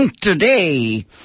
Today